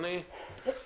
אנא